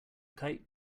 kite